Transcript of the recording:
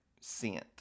scent